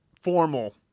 formal